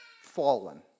fallen